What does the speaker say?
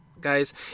guys